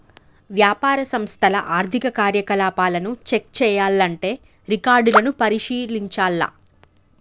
వ్యాపార సంస్థల ఆర్థిక కార్యకలాపాలను చెక్ చేయాల్లంటే రికార్డులను పరిశీలించాల్ల